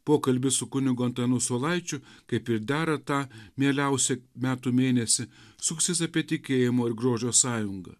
pokalbis su kunigu antanu saulaičiu kaip ir dera tą mieliausią metų mėnesį suksis apie tikėjimo ir grožio sąjungą